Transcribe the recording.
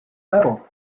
medal